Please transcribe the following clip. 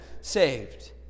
saved